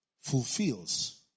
fulfills